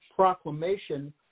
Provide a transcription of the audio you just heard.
Proclamation